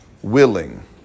Willing